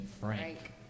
Frank